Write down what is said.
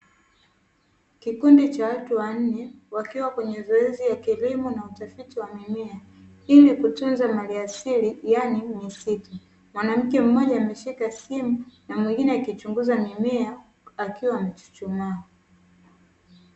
Kikundi cha watu wanne wakiwa kwenye zoezi ya kilimo na utafiti wa mimea, ili kutunza maliasili yaani msitu. Mwanamke mmoja ameshika simu na mwingine akichunguza mimea akiwa amechuchumaa.